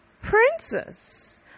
Princess